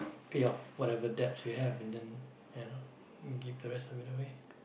pay off whatever debts you have and then and give the rest of it away